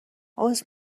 عذر